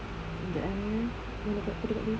jap eh mana part tu tempat tadi